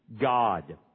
God